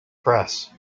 press